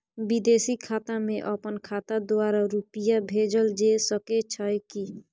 विदेशी खाता में अपन खाता द्वारा रुपिया भेजल जे सके छै की?